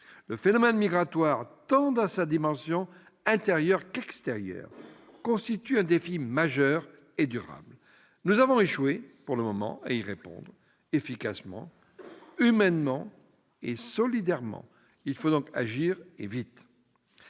Le phénomène migratoire, dans sa dimension tant intérieure qu'extérieure, constitue un défi majeur et durable. Nous avons échoué, pour le moment, à y répondre efficacement, humainement et solidairement. Il faut donc agir, et vite.